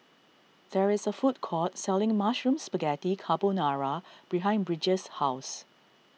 there is a food court selling Mushroom Spaghetti Carbonara behind Bridger's house